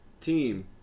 Team